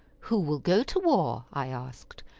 who will go to war? i asked.